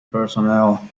personnel